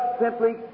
simply